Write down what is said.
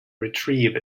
retrieve